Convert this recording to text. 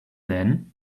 then